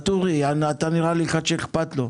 וטורי, אתה נראה לי אחד שאכפת לו.